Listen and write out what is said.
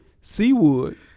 Seawood